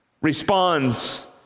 responds